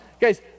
Guys